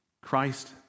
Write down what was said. Christ